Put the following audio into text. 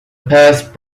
past